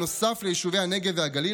בנוסף ליישובי הנגב והגליל,